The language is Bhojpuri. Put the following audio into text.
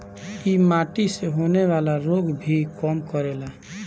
इ माटी से होखेवाला रोग के भी कम करेला